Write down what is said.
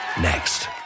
Next